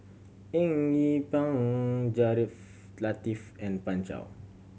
Eng Yee Peng Latiff and Pan Shou